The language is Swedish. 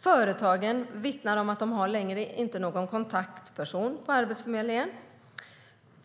Företagen vittnar om att de inte längre har någon kontaktperson på Arbetsförmedlingen.